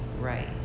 right